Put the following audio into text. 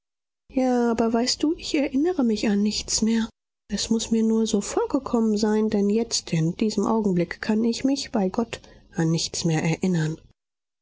ja aber weißt du ich erinnere mich an nichts mehr es muß mir nur so vorgekommen sein denn jetzt in diesem augenblick kann ich mich bei gott an nichts mehr erinnern